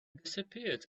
disappeared